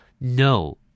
No